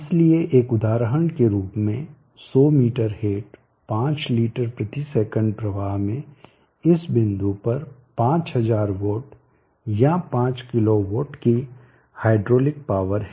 इसलिए एक उदाहरण के रूप में 100 मीटर हेड 5 लीटरs प्रवाह में इस बिंदु पर 5000 W या 5 किलो वाट की हाइड्रोलिक पावर है